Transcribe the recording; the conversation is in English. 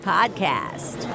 Podcast